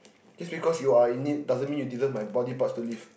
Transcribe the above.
just because you are in it doesn't mean you deserve my body parts to live